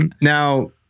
now